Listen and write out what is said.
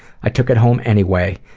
i took it home anyway.